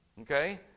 Okay